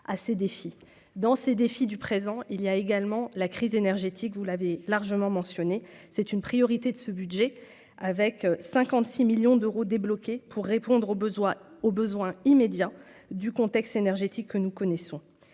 dans ces défis du présent, il y a également la crise énergétique, vous l'avez largement mentionné, c'est une priorité de ce budget avec 56 millions d'euros débloqués pour répondre aux besoins, aux besoins immédiats du contexte énergétique que nous connaissons